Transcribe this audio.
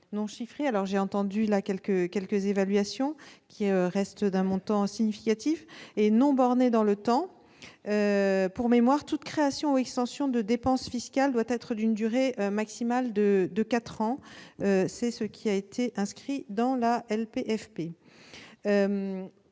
non chiffrées- j'ai néanmoins entendu quelques évaluations, qui restent d'un montant significatif -et non bornées dans le temps. Pour mémoire, toute création ou extension de dépense fiscale doit être d'une durée maximale de quatre ans, conformément à ce qui a été inscrit dans la loi